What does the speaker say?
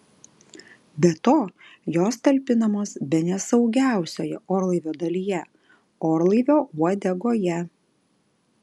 be to jos talpinamos bene saugiausioje orlaivio dalyje orlaivio uodegoje